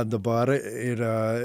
dabar yra